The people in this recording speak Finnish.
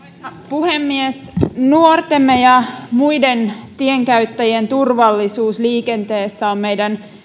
puhemies nuortemme ja muiden tienkäyttäjien turvallisuus liikenteessä on meidän